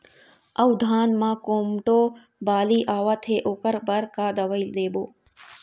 अऊ धान म कोमटो बाली आवत हे ओकर बर का दवई देबो?